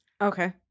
Okay